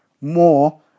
more